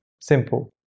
Simple